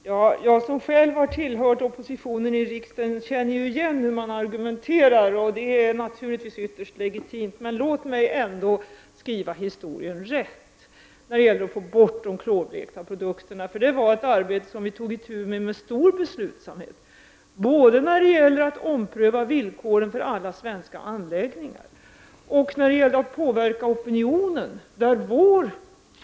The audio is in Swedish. Herr talman! Jag som själv har tillhört oppositionen i riksdagen känner igen hur man argumenterar, och det är naturligtvis ytterst legitimt. Men låt mig ändå skriva historien rätt beträffande ansträngningarna att få bort de klorblekta produkterna: Det var ett arbete som vi med stor beslutsamhet tog itu med både när det gällde att ompröva villkoren för alla svenska anläggningar och när det gällde att påverka opinionen.